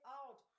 out